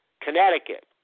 Connecticut